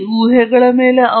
ಅರ್ಥದ ವ್ಯಾಖ್ಯಾನ ಏನು